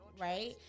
right